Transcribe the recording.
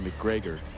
McGregor